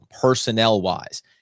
personnel-wise